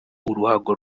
uruhago